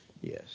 Yes